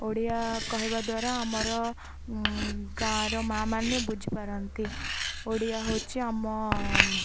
ଓଡ଼ିଆ କହିବା ଦ୍ୱାରା ଆମର ଗାଁର ମାଆ ମାନେ ବୁଝିପାରନ୍ତି ଓଡ଼ିଆ ହେଉଛି ଆମ